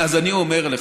אז אני אומר לך: